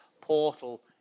portal